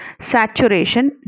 saturation